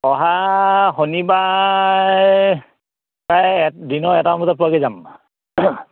অহা শণিবাৰ প্ৰায় এ দিনৰ এটামান বজাত পোৱাকৈ যাম